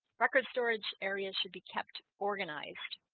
record storage areas should be kept organized